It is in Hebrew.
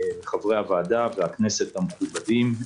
לחברי הוועדה ולחברי הכנסת המכובדים.